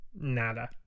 Nada